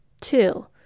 Two